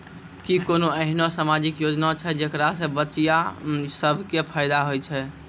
कि कोनो एहनो समाजिक योजना छै जेकरा से बचिया सभ के फायदा होय छै?